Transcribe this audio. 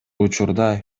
учурда